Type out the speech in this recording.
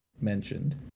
mentioned